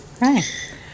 Right